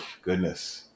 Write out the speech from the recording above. goodness